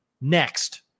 Next